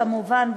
כמובן,